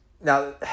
Now